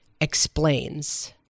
Explains